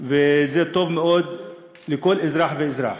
וזה טוב מאוד לכל אזרח ואזרח.